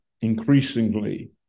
increasingly